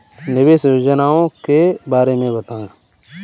निवेश योजनाओं के बारे में बताएँ?